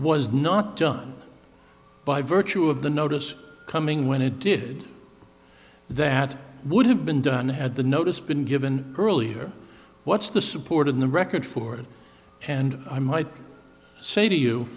was not done by virtue of the notice coming when it did that would have been done had the notice been given earlier what's the support in the record for it and i might say to you